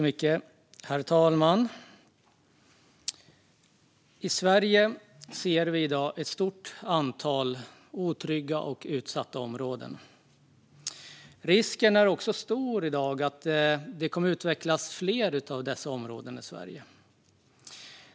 Herr talman! I Sverige ser vi i dag ett stort antal otrygga och utsatta områden, och risken är stor att det kommer att utvecklas fler av dessa områden i Sverige.